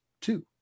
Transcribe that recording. two